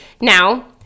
Now